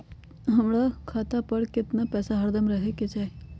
हमरा खाता पर केतना पैसा हरदम रहे के चाहि?